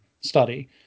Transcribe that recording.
study